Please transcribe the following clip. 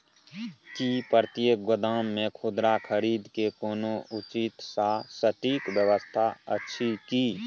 की प्रतेक गोदाम मे खुदरा खरीद के कोनो उचित आ सटिक व्यवस्था अछि की?